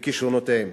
וכשרונותיהם.